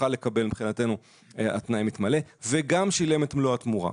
לקבל מבחינתנו התנאי מתמלא וגם שילם את מלוא התמורה.